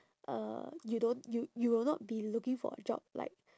uh you don't you you will not be looking for a job like